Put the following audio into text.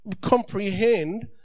comprehend